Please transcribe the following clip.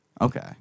Okay